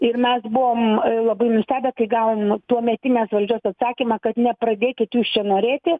ir mes buvom labai nustebę kai gavom tuometinės valdžios atsakymą kad nepradėkit jūs čia norėti